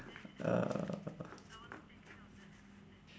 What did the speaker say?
uh